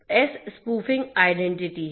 तो as spoofing identity है